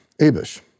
Abish